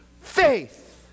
faith